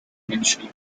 mentioned